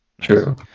True